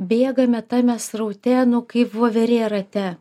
bėgame tame sraute kaip voverė rate